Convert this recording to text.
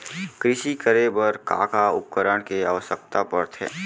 कृषि करे बर का का उपकरण के आवश्यकता परथे?